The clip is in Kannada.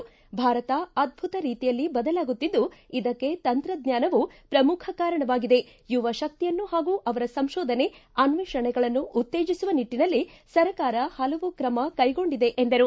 ಭಾರತ ಅದ್ಯುತ ರೀತಿಯಲ್ಲಿ ಬದಲಾಗುತ್ತಿದ್ದು ಇದಕ್ಕೆ ತಂತ್ರಜ್ಞಾನವು ಪ್ರಮುಖ ಕಾರಣವಾಗಿದೆ ಯುವ ಶಕ್ತಿಯನ್ನು ಹಾಗೂ ಅವರ ಸಂಶೋಧನೆ ಅನ್ವೇಷಣೆಗಳನ್ನು ಉತ್ತೇಜಿಸುವ ನಿಟ್ಟನಲ್ಲಿ ಸರ್ಕಾರ ಪಲವು ಕ್ರಮ ಕೈಗೊಂಡಿದೆ ಎಂದರು